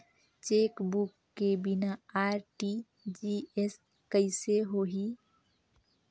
Chequebook के बिना RTGS कइसे होही?